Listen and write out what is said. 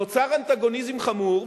נוצר אנטגוניזם חמור,